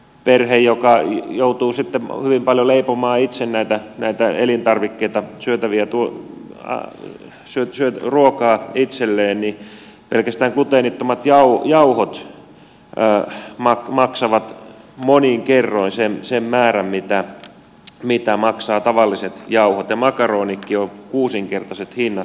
perheessä joka joutuu sitten hyvin paljon leipomaan itse näitä elintarvikkeita ruokaa itselleen pelkästään gluteenittomat jauhot maksavat monin kerroin sen määrän mitä maksavat tavalliset jauhot ja makaroneillakin on kuusinkertaiset hinnat